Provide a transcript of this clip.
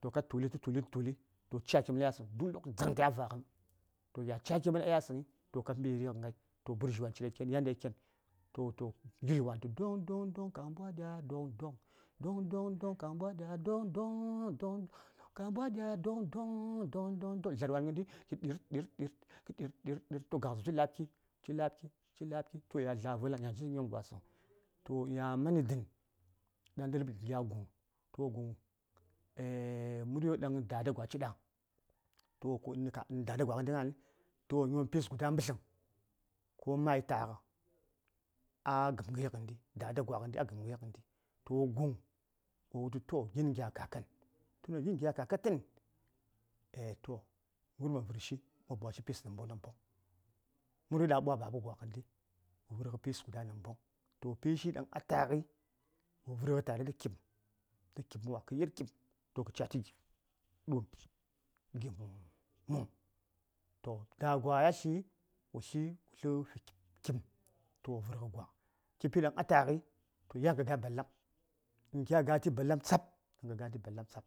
to ka tuli kə tuli kə tuli kə tuli tə cakimən a yasəŋ don dzaŋ taya va sosai toh ca cakimən a yasəŋ to kə mbi righən ghai toh gurdzhi wan ciɗa keni ya ndai ken ngilwan tu doŋ doŋ doŋ ka mbwadiya doŋ doŋ doŋ doŋ doŋ ka mbwadiya doŋ doŋ doŋ doŋ doŋ ka mbwadiya doŋ doŋ doŋ doŋ doŋ dlarwan ghəndi ki ɗil ɗil ɗil toh gakzəm ci la:b kici la:b ki toh ya dla: vwalaŋ yanshi nyom gwasəŋ toh ya man dən tə man ndarki dən gya guŋ gya guŋ toh muryo ɗaŋ dada gwa ciɗa nə ka nə dada gwa ghəndi gna:n toh wo nyom pis guda mbətləm ko mayi taghə a gəm ghəyi ghəndi dada gwa a ghəm ghəi ghəndi toh guŋ wo wultu gin nə gya kakan toh gin nə gya kakatən toh ghən ɗaŋ ma vərshi ma bwashi pis namboŋ namboŋ toh muryo ɗaŋ a ɓwa baba gwa ghəndi pishi ɗaŋ a ta ghəi wo vərghə tare tə kipm wa kə yir kipm wa to kə ca gib du:n gib nuŋ da: gwa ya tli wotli wo səŋ fi toh vərghə gwa toh kipi ɗaŋ a taghəi toh yan kə gayi ballam un kya gati ballam tsaf ɗaŋ kə gati ballam tsaf